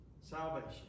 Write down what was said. salvation